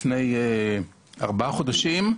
לפני ארבעה חודשים,